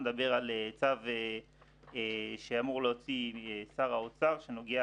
מדבר על צו שאמור להוציא שר האוצר שנוגע